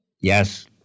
Yes